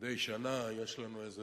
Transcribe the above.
מדי שנה יש לנו,